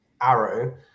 Arrow